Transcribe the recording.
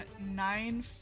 nine